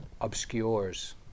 obscures